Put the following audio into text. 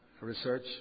research